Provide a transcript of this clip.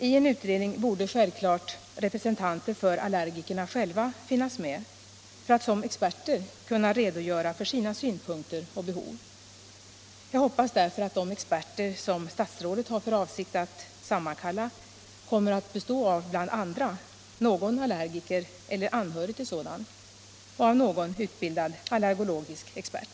I en utredning borde självklart representanter för allergikerna själva finnas med för att som experter kunna redogöra för sina synpunkter och behov. Jag hoppas därför att de experter som statsrådet har för avsikt att sammankalla kommer att bestå av bl.a. någon allergiker eller anhörig till sådan och av någon utbildad allergologisk expert.